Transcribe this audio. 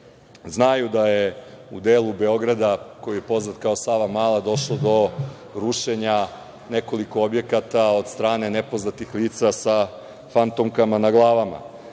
znaju da je u delu Beograda koji je poznat kao Savamala došlo do rušenja nekoliko objekata od strane nepoznatih lica sa fantomkama na glavama.